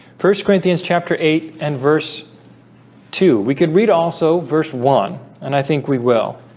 first corinthians chapter eight and verse two we could read also verse one and i think we will